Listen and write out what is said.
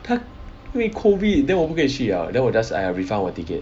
他因为 COVID then 我不可以去了 then 我 just !aiya! refund 我 ticket